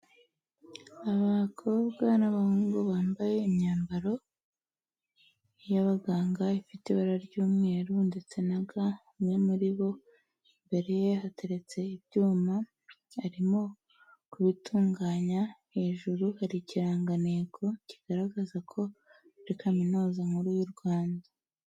Abakobwa n'abahungu bambaye imyambaro y'abaganga ifite ibara ry'umweru ndetse na ga, umwe muri bo imbere ye hateretse ibyuma, arimo kubitunganya hejuru hari ikirangantego kigaragaza ko muri Kaminuza nkuru y'u Rwanda.